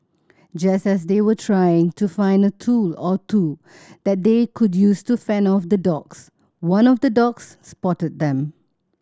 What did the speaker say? just as they were trying to find a tool or two that they could use to fend off the dogs one of the dogs spotted them